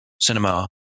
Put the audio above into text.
cinema